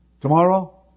Tomorrow